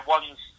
One's